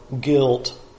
guilt